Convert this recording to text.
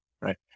right